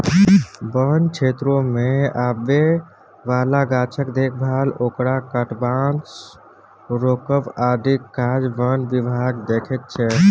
बन क्षेत्रमे आबय बला गाछक देखभाल ओकरा कटबासँ रोकब आदिक काज बन विभाग देखैत छै